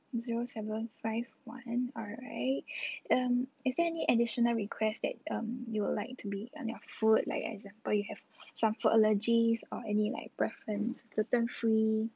zero seven five one alright um is there any additional request that um you would like to be on the food like example you have some food allergies or any like preference gluten free